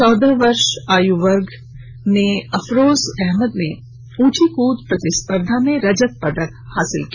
चौदह आयु बालक वर्ग में अफरोज अहमद ने ऊंची कूद प्रतिस्पर्धा में रजत पदक हासिल किया